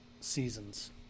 seasons